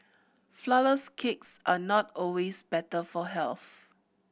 flourless cakes are not always better for health